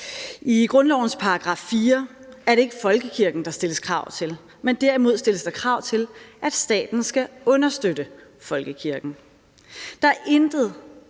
I grundlovens § 4 er det ikke folkekirken, der stilles krav til, men derimod stilles der krav til, at staten skal understøtte folkekirken. Der er intet